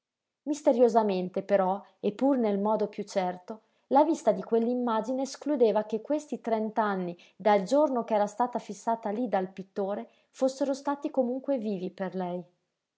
misteriosamente però e pur nel modo piú certo la vista di quell'immagine escludeva che questi trent'anni dal giorno ch'era stata fissata lí dal pittore fossero stati comunque vivi per lei